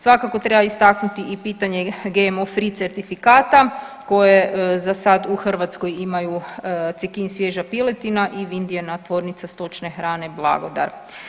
Svakako treba istaknuti i pitanje GMO free certifikata koje za sad u Hrvatskoj imaju Cekin svježa piletina i Vindijina tvornica stočne hrane Blagodar.